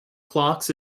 clocks